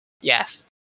Yes